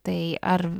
tai ar